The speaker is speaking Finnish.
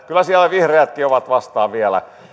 kyllä siellä vihreätkin ovat vastaan vielä